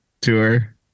tour